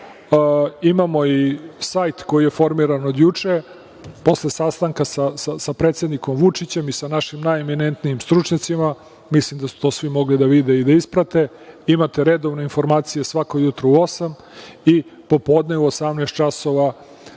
Imamo i sajt koji je formiran od juče posle sastanka sa predsednikom Vučićem i sa našim najeminentnijim stručnjacima. Mislim da su to svim mogli da vide i da isprate. Imate redovne informacije svako jutro u 8 časova i posle